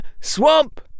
swamp